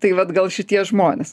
ir tai vat gal šitie žmonės